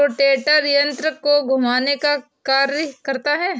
rotator यन्त्र को घुमाने का कार्य करता है